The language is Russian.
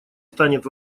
станет